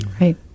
right